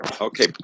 Okay